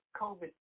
COVID